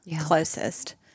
closest